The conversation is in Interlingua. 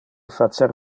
facer